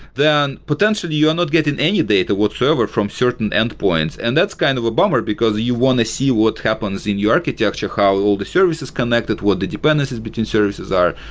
then potentially you're not getting any data whatsoever from certain endpoints, and that's kind of a bummer, because you want to see what happens in your architecture, how all the services connect, what the dependencies between services are.